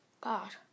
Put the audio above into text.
God